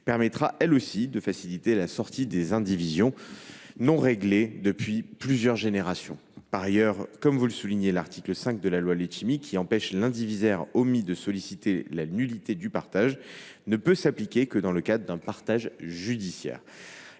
permettra, elle aussi, de faciliter la sortie des indivisions non réglées depuis plusieurs générations. Par ailleurs, comme vous le soulignez, l’article 5 de la loi Letchimy, qui empêche l’indivisaire omis de solliciter la nullité du partage, ne peut s’appliquer que dans le cadre d’un partage judiciaire.